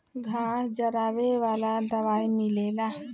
घास जरावे वाला दवाई मिलेला